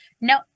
no